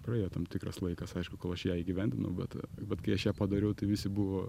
praėjo tam tikras laikas aišku kol aš ją įgyvendinau bet bet kai aš ją padariau tai visi buvo